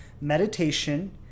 meditation